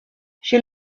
she